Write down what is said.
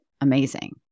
amazing